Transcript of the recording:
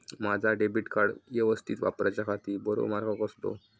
माजा debit card यवस्तीत वापराच्याखाती बरो मार्ग कसलो?